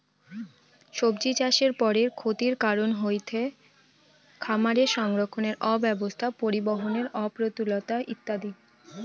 সব্জিচাষের পরের ক্ষতির কারন হয়ঠে খামারে সংরক্ষণের অব্যবস্থা, পরিবহনের অপ্রতুলতা ইত্যাদি